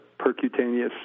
percutaneous